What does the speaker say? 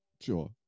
Sure